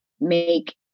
make